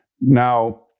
Now